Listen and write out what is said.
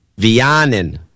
Vianen